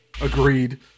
Agreed